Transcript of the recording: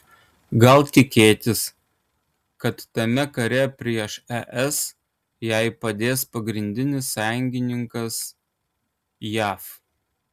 gal tikėtis kad tame kare prieš es jai padės pagrindinis sąjungininkas jav